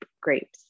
grapes